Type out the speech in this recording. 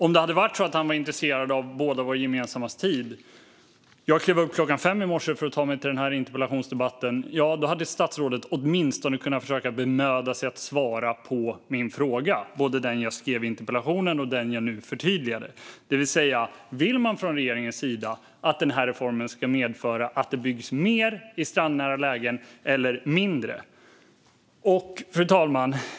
Om det hade varit så att han var intresserad av bådas vår gemensamma tid - jag klev upp klockan 5 i morse för att ta mig till den här interpellationsdebatten - hade statsrådet åtminstone kunnat försöka bemöda sig att svara på min fråga, alltså den fråga jag skrev i interpellationen och nu förtydligade: Vill man från regeringens sida att den här reformen ska medföra att det byggs mer i strandnära lägen eller mindre? Fru talman!